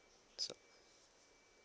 so